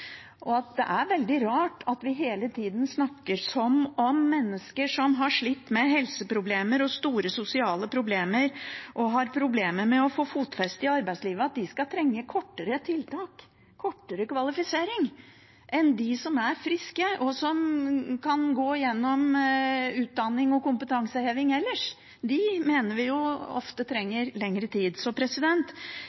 og snakket om. Det er veldig rart at vi hele tida snakker som om mennesker som har slitt med helseproblemer og store sosiale problemer, og som har problemer med å få fotfeste i arbeidslivet, skal trenge kortere tiltak, kortere kvalifisering, enn de som er friske og kan gå igjennom utdanning og kompetanseheving ellers. De mener vi jo ofte